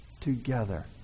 Together